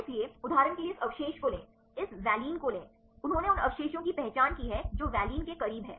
इसलिए उदाहरण के लिए इस अवशेष को लें इस वैलिन को लें उन्होंने उन अवशेषों की पहचान की है जो वैलीन के करीब हैं